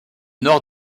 nord